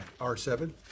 R7